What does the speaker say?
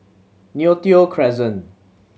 Neo Tiew Crescent